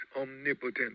omnipotent